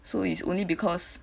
so it's only because